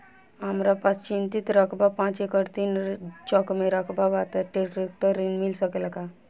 हमरा पास सिंचित रकबा पांच एकड़ तीन चक में रकबा बा त ट्रेक्टर ऋण मिल सकेला का?